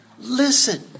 Listen